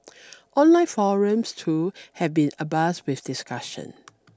online forums too have been abuzz with discussion